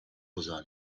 poza